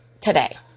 today